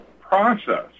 process